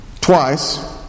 twice